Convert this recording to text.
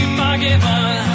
forgiven